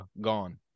gone